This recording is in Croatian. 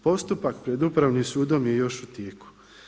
Postupak pred Upravnim sudom je još u tijeku.